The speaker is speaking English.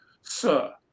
Sir